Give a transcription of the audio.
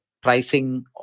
pricing